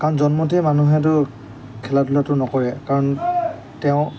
কাৰণ জন্মতে মানুহেতো খেলা ধূলাটো নকৰে কাৰণ তেওঁ